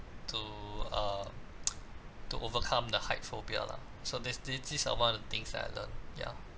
to uh to overcome the height phobia lah so this this these are one of the things that I learnt ya